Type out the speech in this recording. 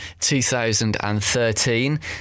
2013